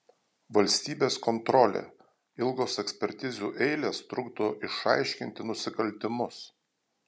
valstybės kontrolė ilgos ekspertizių eilės trukdo išaiškinti nusikaltimus